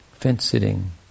fence-sitting